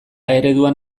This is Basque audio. ereduan